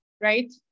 right